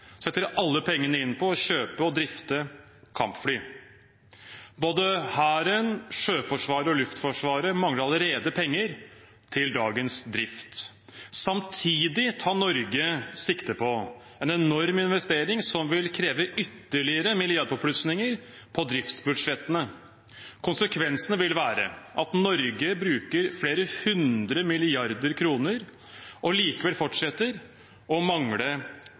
setter alle pengene inn på å kjøpe og drifte kampfly? Både Hæren, Sjøforsvaret og Luftforsvaret mangler allerede penger til dagens drift. Samtidig tar Norge sikte på en enorm investering som vil kreve ytterligere milliardpåplussinger på driftsbudsjettene. Konsekvensene vil være at Norge bruker flere hundre milliarder kroner og likevel fortsetter å mangle